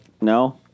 No